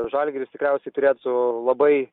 žalgiris tikriausiai turėtų labai